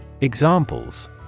Examples